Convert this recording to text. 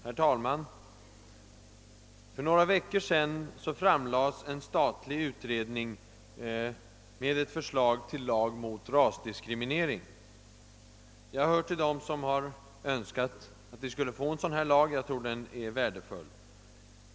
Herr talman! För några veckor sedan framlade en statlig utredning ett förslag till lag mot rasdiskriminering. Jag hör till dem som har önskat att vi skulle få en sådan lag, eftersom jag tror att den är värdefull.